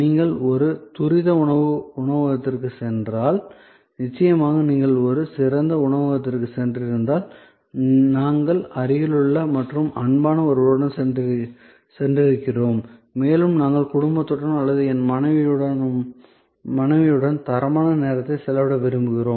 நீங்கள் ஒரு துரித உணவு உணவகத்திற்குச் சென்றால் நிச்சயமாக நீங்கள் ஒரு சிறந்த உணவகத்திற்குச் சென்றிருந்தால் நாங்கள் அருகிலுள்ள மற்றும் அன்பான ஒருவருடன் சென்றிருக்கிறோம் மேலும் நாங்கள் குடும்பத்துடன் அல்லது என் மனைவியுடன் தரமான நேரத்தை செலவிட விரும்புகிறோம்